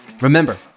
Remember